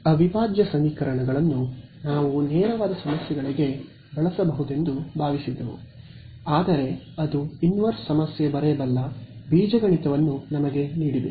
ಅವಿಭಾಜ್ಯ ಸಮೀಕರಣಗಳನ್ನು ನಾವು ನೇರವಾದ ಸಮಸ್ಯೆಗಳಿಗೆ ಬಳಸಬಹುದೆಂದು ಭಾವಿಸಿದ್ದೆವು ಆದರೆ ಅದು ಇನ್ವರ್ಸ್ ಸಮಸ್ಯೆ ಬರೆಯಬಲ್ಲ ಬೀಜಗಣಿತವನ್ನು ನಮಗೆ ನೀಡಿದೆ